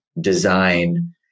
design